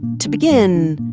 to begin,